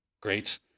Great